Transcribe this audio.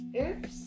Oops